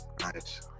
Nice